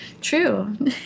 True